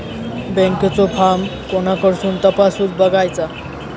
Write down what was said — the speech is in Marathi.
बँकेचो फार्म कोणाकडसून तपासूच बगायचा?